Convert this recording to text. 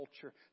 culture